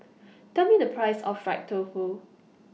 Tell Me The Price of Fried Tofu